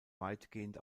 weitgehend